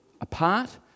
apart